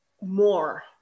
more